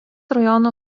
rajono